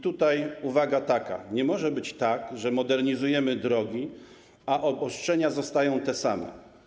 Tutaj jest taka uwaga: nie może być tak, że modernizujemy drogi, a obostrzenia zostają te same.